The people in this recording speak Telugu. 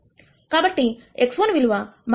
కాబట్టి x1 విలువ 0